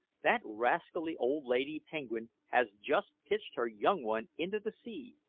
that rascally old lady penguin has just pitched her young one into the sea,